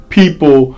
people